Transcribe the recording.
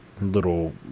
little